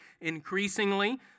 increasingly